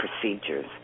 procedures